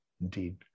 indeed